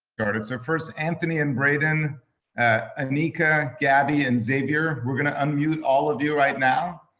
so first anthony and braden and anika. gabi and xavier, we're going to unmute all of you right now,